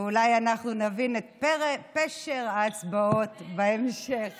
ואולי אנחנו נבין את פשר ההצבעות בהמשך.